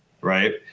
right